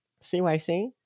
CYC